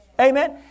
Amen